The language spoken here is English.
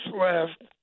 left